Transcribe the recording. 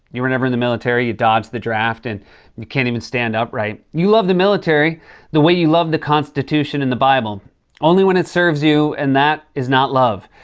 you were never in the military, you dodged the draft, and you can't even stand upright. you love the military the way you love the constitution and the bible only when it serves you, and that is not love.